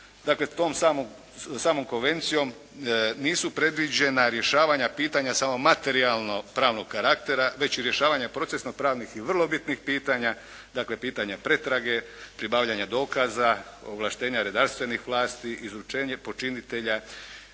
dakle tom samom konvencijom nisu predviđena rješavanja pitanja samo materijalno-pravnog karaktera već i rješavanje procesno-pravnih i vrlo bitnih pitanja, dakle pitanja pretrage, pribavljanja dokaza, ovlaštenja redarstvenih vlasti, izručenje počinitelja